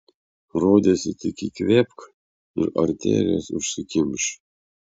rodėsi tik įkvėpk ir arterijos užsikimš